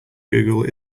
google